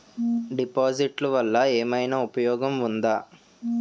డిపాజిట్లు వల్ల ఏమైనా ఉపయోగం ఉందా?